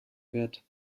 wird